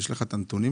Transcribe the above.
יש לך את הנתונים?